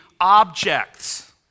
objects